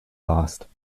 lost